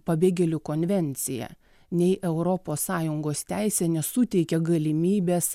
pabėgėlių konvencija nei europos sąjungos teisė nesuteikia galimybės